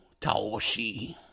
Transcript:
Taoshi